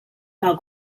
mal